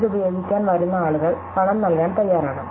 ഇത് ഉപയോഗിക്കാൻ വരുന്ന ആളുകൾ പണം നൽകാൻ തയ്യാറാണ്